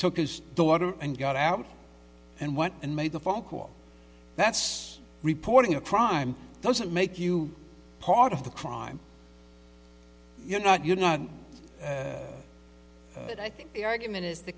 took his daughter and got out and went and made a phone call that's reporting a crime doesn't make you part of the crime you're not you're not that i think the argument is the